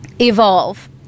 evolve